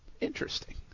Interesting